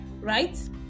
right